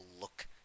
look